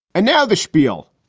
and now the schpiel.